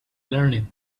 learning